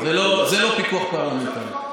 זה לא פיקוח פרלמנטרי.